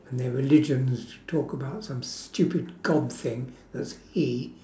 and their religions talk about some stupid god thing that's he